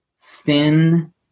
thin